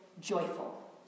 joyful